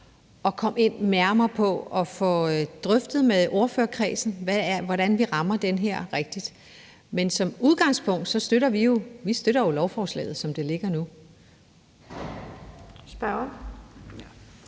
at komme nærmere ind på at få drøftet med ordførerkredsen, hvordan vi rammer den her balance rigtigt. Men som udgangspunkt støtter vi jo lovforslaget, som det ligger nu. Kl.